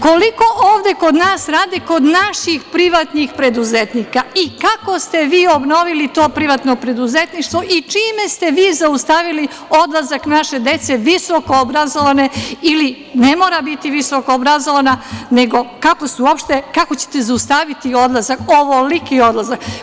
Koliko ovde kod nas rade, kod naših privatnih preduzetnika i kako ste vi obnovili to privatno preduzetništvo i čime ste vi zaustavili odlazak naše dece visokoobrazovane ili ne mora biti visokoobrazovana, nego kako ćete uopšte zaustaviti odlazak, ovoliki odlazak?